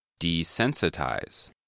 Desensitize